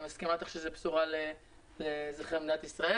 ואני מסכימה איתך שזאת באמת בשורה לאזרחי מדינת ישראל.